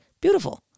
Beautiful